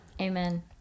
Amen